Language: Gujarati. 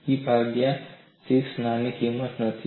E ભાગ્યા 6 નાની કિંમત નથી